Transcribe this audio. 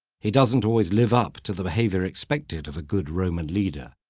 he doesn't always live up to the behavior expected of a good roman leader.